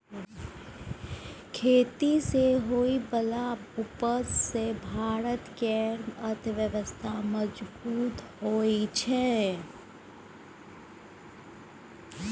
खेती सँ होइ बला उपज सँ भारत केर अर्थव्यवस्था मजगूत होइ छै